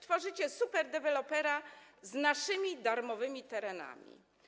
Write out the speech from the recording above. Tworzycie superdewelopera z naszymi darmowymi terenami.